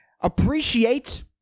appreciate